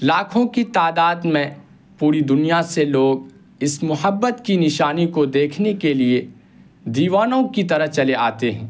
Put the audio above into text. لاکھوں کی تعداد میں پوری دنیا سے لوگ اس محبت کی نشانی کو دیکھنے کے لیے دیوانوں کی طرح چلے آتے ہیں